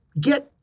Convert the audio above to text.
get